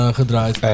gedraaid